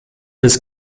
des